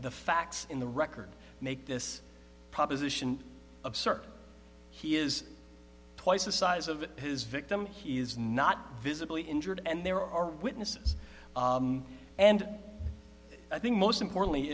the facts in the record make this proposition of sirte he is twice the size of his victim he is not visibly injured and there are witnesses and i think most importantly